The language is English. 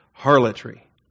harlotry